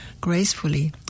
gracefully